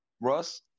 Russ